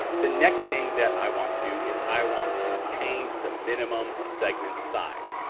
the next thing that i want to do is, i want to change the minimum segment size.